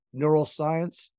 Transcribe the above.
neuroscience